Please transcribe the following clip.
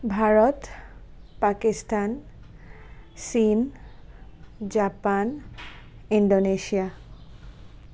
ভাৰত পাকিস্তান চীন Japan Indonesia